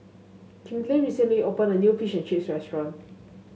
Kimberley recently open a new Fish and Chips restaurant